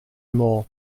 more